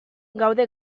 gaude